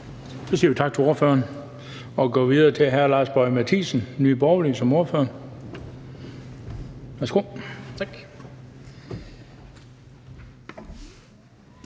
Så siger vi tak til ordføreren og går videre til hr. Lars Boje Mathiesen, Nye Borgerlige, som ordfører.